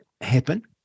happen